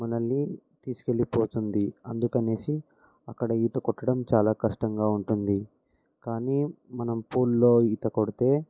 మనల్ని తీసుకు వెళ్ళిపోతుంది అందుకని అక్కడ ఈత కొట్టడం చాలా కష్టంగా ఉంటుంది కానీ మనం పూల్లో ఈత కొడితే